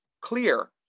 clear